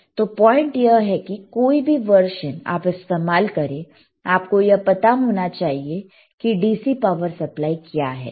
तो पॉइंट यह है कि कोई भी वर्जन आप इस्तेमाल करें आपको यह पता होना चाहिए कि DC पावर सप्लाई क्या है